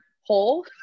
hole